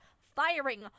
firing